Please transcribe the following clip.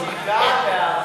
בתוך הכיתה?